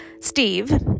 steve